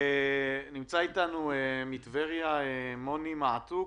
נמצא אתנו מטבריה מוני מעתוק,